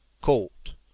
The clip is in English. COURT